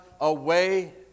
away